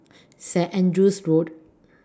Saint Andrew's Road